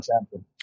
champion